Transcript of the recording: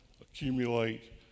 accumulate